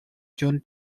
june